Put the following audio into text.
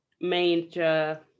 major